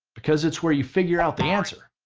because it's where you figure out the answer.